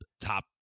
top